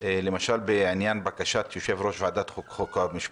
למשל בעניין בקשת יושב-ראש ועדת החוקה, חוק ומשפט.